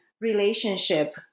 Relationship